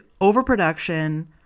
overproduction